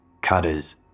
cutters